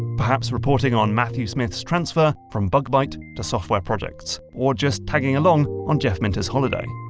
perhaps reporting on matthew smith's transfer from bug-byte to software projects or just tagging along on jeff minter's holiday.